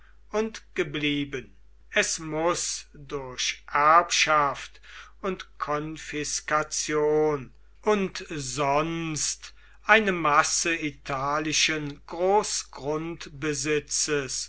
und geblieben es muß durch erbschaft und konfiskation und sonst eine masse italischen